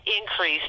increase